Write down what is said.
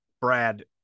Brad